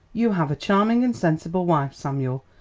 you have a charming and sensible wife, samuel,